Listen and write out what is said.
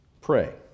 pray